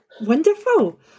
Wonderful